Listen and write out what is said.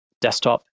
desktop